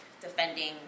defending